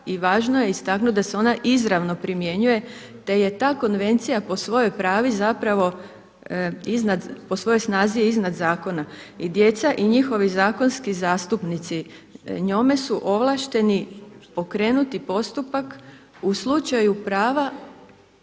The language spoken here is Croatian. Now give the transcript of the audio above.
i važno je istaknuti da se ona izravno primjenjuje, te je ta konvencija po svojoj snazi je iznad zakona. I djeca i njihovi zakonski zastupnici njome su ovlašteni pokrenuti postupak u slučaju prava